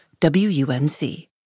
WUNC